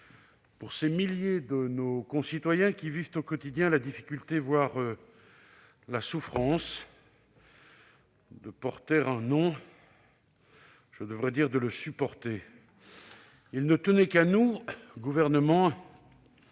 pour ces milliers de nos concitoyens qui vivent au quotidien la difficulté, voire la souffrance, de porter et même de supporter leur nom. Il ne tenait qu'à nous, Gouvernement